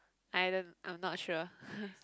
I don't I'm not sure